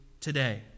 today